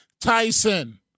Tyson